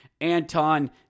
Anton